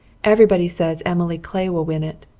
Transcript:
everybody says emily clay will win it.